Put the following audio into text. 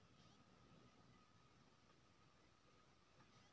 सुपारी के उपजा नम इलाका में करल जाइ छइ